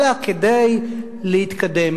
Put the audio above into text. אלא כדי להתקדם.